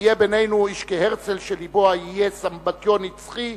שיהיה בינינו איש כהרצל שלבו יהיה סמבטיון נצחי,